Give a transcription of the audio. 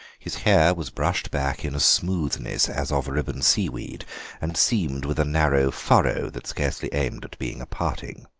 his hair was brushed back in a smoothness as of ribbon seaweed and seamed with a narrow furrow that scarcely aimed at being a parting.